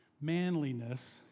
manliness